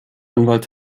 anwalt